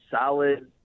solid